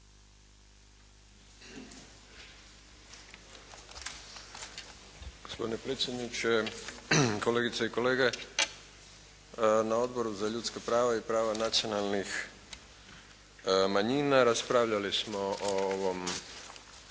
Gospodine predsjedniče, kolegice i kolege. Na Odboru za ljudska prava i prava nacionalnih manjina raspravljali smo o ovom